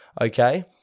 okay